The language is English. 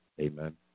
Amen